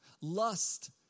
lust